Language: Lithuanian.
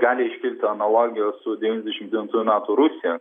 gali iškilti analogijos su devyniasdešim devitųjų metų rusija